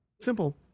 Simple